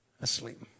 asleep